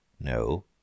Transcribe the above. No